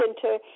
center